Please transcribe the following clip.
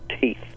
teeth